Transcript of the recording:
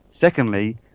Secondly